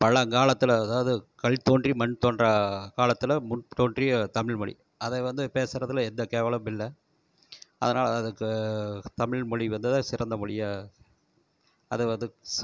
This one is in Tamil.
பழங்காலத்துல அதாவது கல் தோன்றி மண் தோன்றா காலத்தில் முன்தோன்றிய தமிழ்மொழி அதை வந்து பேசறதுல எந்த கேவலம்மில்லை அதனால் அதுக்கு தமிழ்மொழி வந்து தான் சிறந்த மொழியாக அதை வந்து ஸ்